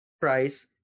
price